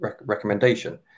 recommendation